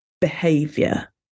behavior